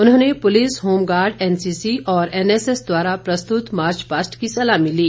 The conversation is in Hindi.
उन्होंने पुलिस होमगार्ड एनसीसी और एनएसएस द्वारा प्रस्तुत मार्च पास्ट की सलामी ली